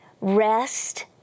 Rest